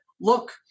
look